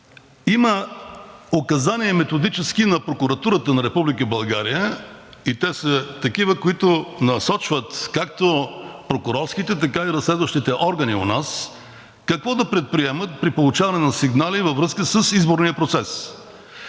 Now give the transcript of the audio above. указания на Прокуратурата на Република България и те са такива, които насочват както прокурорските, така и разследващите органи у нас какво да предприемат при получаване на сигнали във връзка с изборния процес.